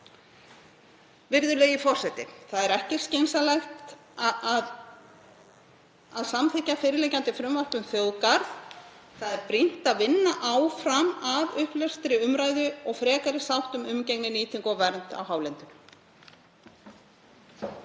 Virðulegi forseti. Það er ekki skynsamlegt að samþykkja fyrirliggjandi frumvarp um þjóðgarð. Það er brýnt að vinna áfram að upplýstri umræðu og frekari sátt um umgengni, nýtingu og vernd á hálendinu.